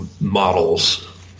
models